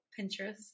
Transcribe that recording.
Pinterest